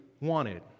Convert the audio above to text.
wanted